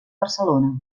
barcelona